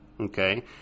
okay